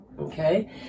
okay